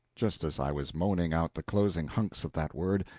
just as i was moaning out the closing hunks of that word,